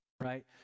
right